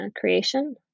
creation